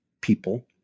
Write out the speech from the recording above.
people